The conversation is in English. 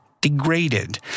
degraded